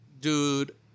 dude